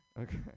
okay